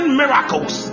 miracles